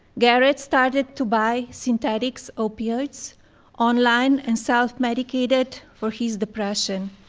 garrett started to buy synthetic so opioids online and self-medicated for his depression,